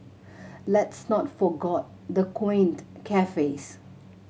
let's not forgot the quaint cafes